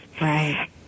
Right